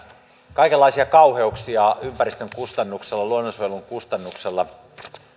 kaikenlaisia kauheuksia ympäristön kustannuksella ja luonnonsuojelun kustannuksella